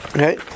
Okay